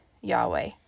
Yahweh